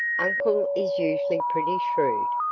uncle is usually pretty shrewd,